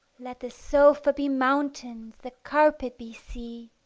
let the sofa be mountains, the carpet be sea,